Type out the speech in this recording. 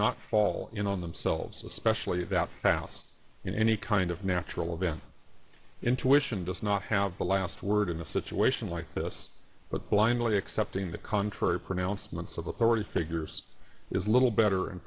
not fall in on themselves especially that fast in any kind of natural event intuition does not have the last word in a situation like this but blindly accepting the contrary pronouncements of authority figures is a little better and